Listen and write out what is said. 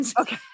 Okay